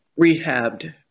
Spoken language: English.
rehabbed